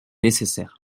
nécessaire